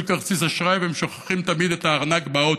כרטיס אשראי ושוכחים תמיד את הארנק באוטו,